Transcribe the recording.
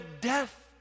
death